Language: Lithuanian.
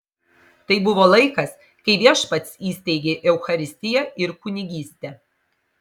tai buvo laikas kai viešpats įsteigė eucharistiją ir kunigystę